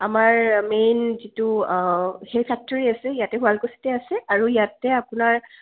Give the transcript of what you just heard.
আমাৰ মেইন যিটো সেই ফেক্টৰি আছে ইয়াতে শুৱালকুছিতে আছে আৰু ইয়াতে আপোনাৰ